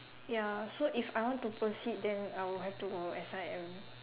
ya so if I want to proceed then I would have to go S_I_M